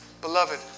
Beloved